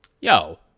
Yo